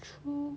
true